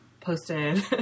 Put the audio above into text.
posted